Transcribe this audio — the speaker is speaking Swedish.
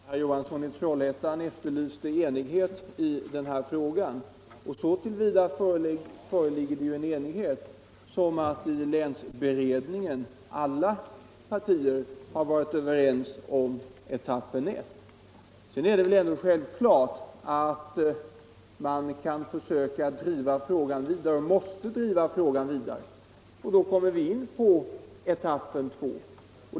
Herr talman! Herr Johansson i Trollhättan efterlyste enighet i den här frågan och så till vida föreligger det enighet att alla partier i länsberedningen har varit överens om etappen 1. Sedan är det självklart att man måste driva frågan vidare, och då kommer vi in på etappen 2.